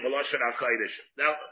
Now